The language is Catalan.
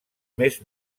més